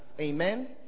Amen